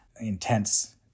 intense